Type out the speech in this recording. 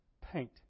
paint